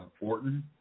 Orton